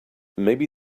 maybe